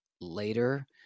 later